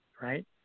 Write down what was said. Right